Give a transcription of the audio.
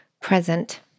present